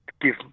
give